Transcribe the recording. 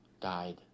died